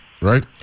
right